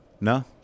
No